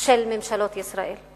של ממשלות ישראל.